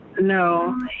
No